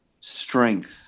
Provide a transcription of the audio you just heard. strength